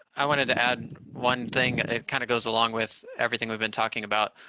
i wanted to add one thing. it kind of goes along with everything we've been talking about,